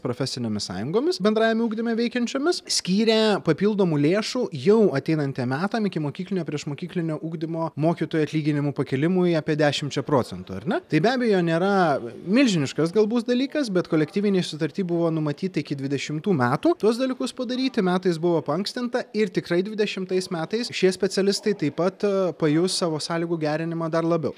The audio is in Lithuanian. profesinėmis sąjungomis bendrajame ugdyme veikiančiomis skyrė papildomų lėšų jau ateinantiem metam ikimokyklinio priešmokyklinio ugdymo mokytojų atlyginimų pakėlimui apie dešimčia procentų ar ne tai be abejo nėra milžiniškas galbūt dalykas bet kolektyvinėj sutarty buvo numatyta iki dvideimtų metų tuos dalykus padaryti metais buvo paankstinta ir tikrai dvidešimtais metais šie specialistai taip pat pajus savo sąlygų gerinimą dar labiau